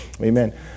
Amen